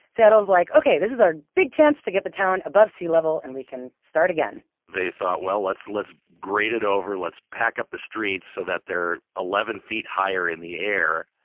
seattle was like, okay, this is our big chance to get the town above sea level, and we can start again. they thought, well, let's let's grade it over. let's pack up the streets so that they're eleven feet higher in the air.